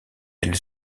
elle